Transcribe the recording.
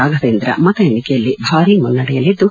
ರಾಘವೇಂದ್ರ ಮತ ಎಣಿಕೆಯಲ್ಲಿ ಭಾರೀ ಮುನ್ನಡೆಯಲ್ಲಿದ್ದು